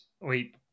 Wait